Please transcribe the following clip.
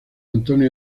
antonio